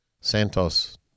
Santos